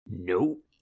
Nope